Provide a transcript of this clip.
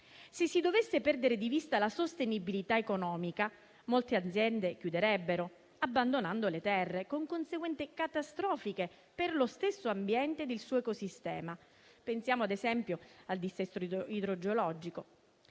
Se si dovesse perdere di vista la sostenibilità economica, molte aziende chiuderebbero, abbandonando le terre con conseguenze catastrofiche per lo stesso ambiente e il suo ecosistema. Pensiamo, ad esempio, al dissesto idrogeologico.